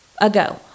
ago